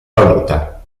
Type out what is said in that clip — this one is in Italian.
valuta